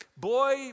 boy